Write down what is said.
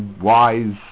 wise